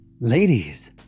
Ladies